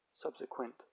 subsequent